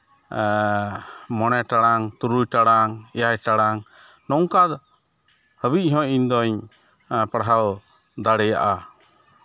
ᱢᱚᱬᱮ ᱴᱟᱲᱟᱝ ᱛᱩᱨᱩᱭ ᱴᱟᱲᱟᱝ ᱮᱭᱟᱭ ᱴᱟᱲᱟᱝ ᱱᱚᱝᱠᱟ ᱦᱟᱹᱵᱤᱡ ᱦᱚᱸ ᱤᱧᱫᱚᱧ ᱯᱟᱲᱦᱟᱣ ᱫᱟᱲᱮᱭᱟᱜᱼᱟ